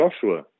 Joshua